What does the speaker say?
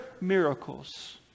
miracles